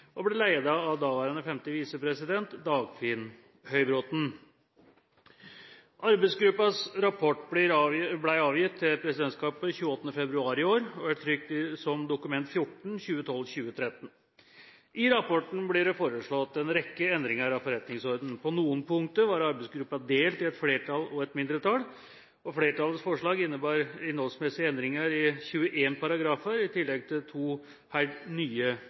og ble ledet av daværende femte visepresident, Dagfinn Høybråten. Arbeidsgruppens rapport ble avgitt til presidentskapet 28. februar i år og er trykket som Dokument 14 for 2012–2013. I rapporten blir det foreslått en rekke endringer av forretningsordenen. På noen punkter var arbeidsgruppen delt i et flertall og et mindretall. Flertallets forslag innebærer innholdsmessige endringer i 21 paragrafer, i tillegg til to helt nye